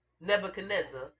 Nebuchadnezzar